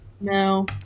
No